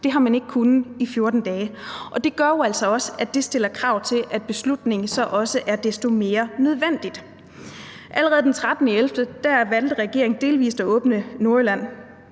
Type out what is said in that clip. Det har man ikke kunnet i 14 dage, og det gør jo altså også, at det stiller krav til, at beslutningen er desto mere nødvendig. Allerede den 13. november valgte regeringen delvis at åbne Nordjylland.